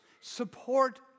support